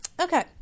Okay